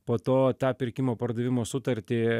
po to tą pirkimo pardavimo sutartį